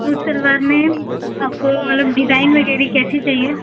suit salwar में आपको मलब डिजाइन में वगैरह कैसी चाहिए